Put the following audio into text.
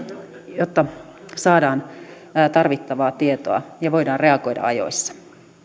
jotta saadaan tarvittavaa tietoa ja voidaan reagoida ajoissa